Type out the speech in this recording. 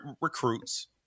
recruits